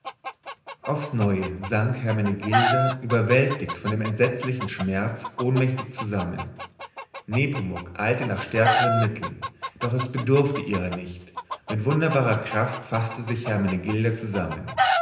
aufs neue sank hermenegilda überwältigt von dem entsetzlichen schmerz ohnmächtig zusammen nepomuk eilte nach stärkenden mitteln doch es bedurfte ihrer nicht mit wunderbarer kraft faßte sich hermenegilda zusammen